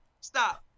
Stop